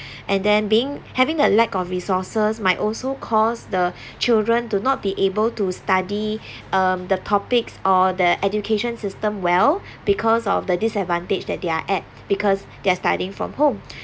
and then being having a lack of resources might also cause the children to not be able to study um the topics or the education system well because of the disadvantage that they are at because they're studying from home